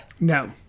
No